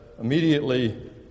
immediately